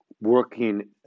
working